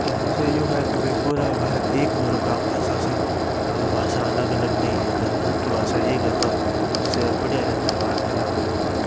हिंदी से यो है कि भई पूरा भारत एक हो रखा भाषा से के भाषा अलग अलग नहीं है तो सबकी भाषा एक है तो उससे बढ़िया रहता है वार्तालाप करने में